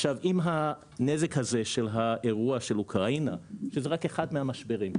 עכשיו אם הנזק הזה של האירוע של אוקראינה שזה רק אחד מהמשברים,